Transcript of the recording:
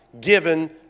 given